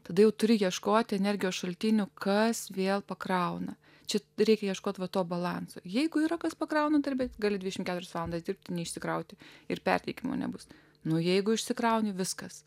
tada jau turi ieškoti energijos šaltinių kas vėl pakrauna čia reikia ieškoti to balanso jeigu yra kas pakraunant ir bet gali dvidešimt keturias valandas dirbti neišsikrauti ir perteikimo nebus nuo jeigu išsikrauni viskas